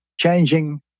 changing